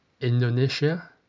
Indonesia